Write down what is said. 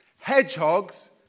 Hedgehogs